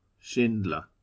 Schindler